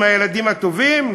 הם הילדים הטובים,